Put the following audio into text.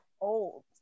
old